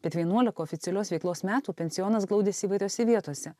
bet vienuoliką oficialios veiklos metų pensionas glaudėsi įvairiose vietose